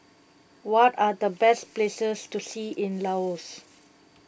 what are the best places to see in Laos